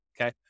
Okay